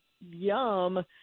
yum